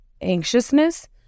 anxiousness